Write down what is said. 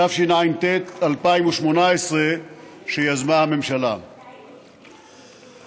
התשע"ט 2018. אני שוב מזמין את